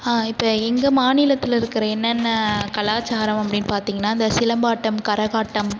இப்போ எங்கள் மாநிலத்தில் இருக்கிற என்னென்ன கலாச்சாரம் அப்படின்னு பார்த்தீங்கன்னா இந்த சிலம்பாட்டம் கரகாட்டம்